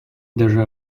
даже